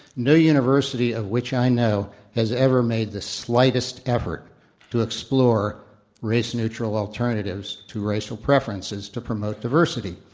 no university of which i know has ever made the slightest effort to explore race neutral alternatives to racial pre ferences to promote diversity.